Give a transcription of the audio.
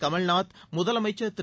கமல்நாத் முதலமைச்சர் திரு